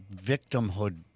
victimhood